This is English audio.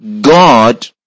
God